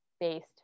based